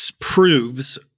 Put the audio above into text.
proves